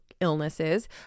illnesses